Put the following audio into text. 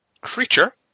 creature